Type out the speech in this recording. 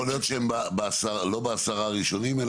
יכול להיות שהם לא בעשרה הראשונים,